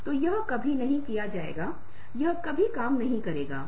नर मादा का काम कर रहे हैं महिलाएं भी पुरुषों का काम कर रही हैं